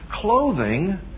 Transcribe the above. clothing